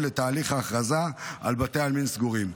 לתהליך ההכרזה על בתי עלמין סגורים.